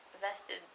vested